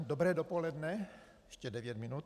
Dobré dopoledne ještě devět minut.